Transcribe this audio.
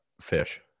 fish